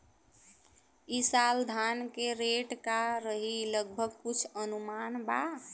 ई साल धान के रेट का रही लगभग कुछ अनुमान बा?